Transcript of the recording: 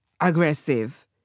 aggressive